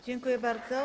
Dziękuję bardzo.